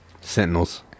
sentinels